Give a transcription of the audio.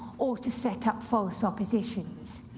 or to set up false oppositions.